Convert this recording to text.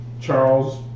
Charles